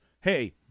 hey